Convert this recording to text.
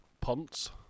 Punts